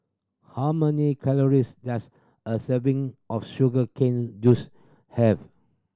how many calories does a serving of sugar cane juice have